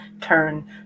turn